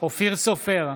אופיר סופר,